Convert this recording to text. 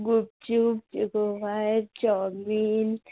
gupchup chowmein